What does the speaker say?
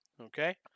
okay